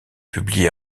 publié